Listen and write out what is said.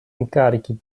incarichi